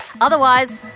Otherwise